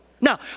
Now